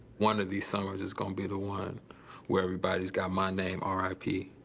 one of these summers is going to be the one where everybody's got my name r i p.